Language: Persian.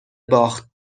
باخت